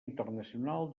internacional